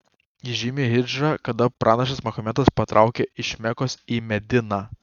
ji žymi hidžrą kada pranašas mahometas patraukė iš mekos į mediną